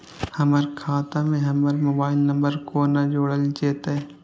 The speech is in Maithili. हमर खाता मे हमर मोबाइल नम्बर कोना जोरल जेतै?